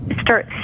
start